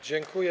Dziękuję.